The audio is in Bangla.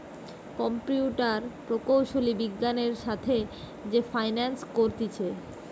কম্পিউটার প্রকৌশলী বিজ্ঞানের সাথে যে ফাইন্যান্স করতিছে